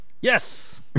Yes